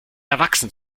erwachsen